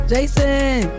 Jason